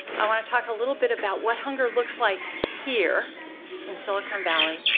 i want to talk a little bit about what hunger looks like here in silicon valley.